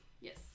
Yes